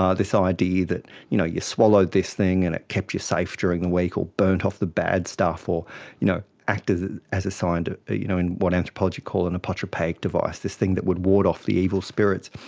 this ah idea that you know you swallowed this thing and it kept you safe during the week or burnt off the bad stuff or you know acted as a sign of, you know and what anthropology call an apotropaic device, this thing that would ward off the evil spirits.